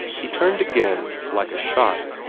he turned again like a shot,